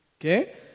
Okay